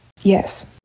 Yes